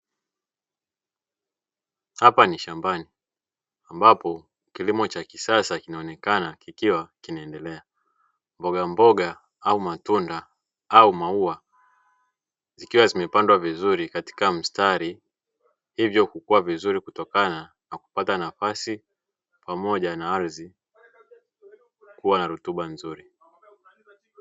Hapa ni shambani ambapo kilimo cha kisasa kinaonekana kikiwa kinaendelea, mboga mboga au matunda au maua zikiwa zimepandwa vizuri katika mstari hivyo kukua vizuri kutokana na kupata nafasi pamoja na ardhi kua na rutiba nzuri.